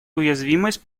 уязвимость